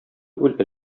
түгел